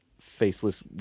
faceless